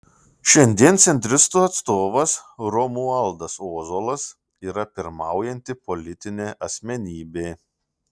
šiandien centristų atstovas romualdas ozolas yra pirmaujanti politinė asmenybė